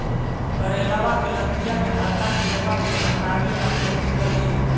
करेलबा के लतिया में हरका किड़बा के हटाबेला कोची करिए?